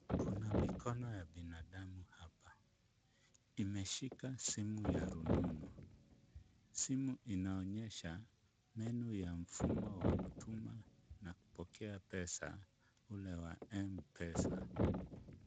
Kuna mikono ya binadamu hapa. Imeshika simu ya rununu. Simu inaonyesha menu ya mfumo wa kutuma na kupokea pesa ule wa M-Pesa.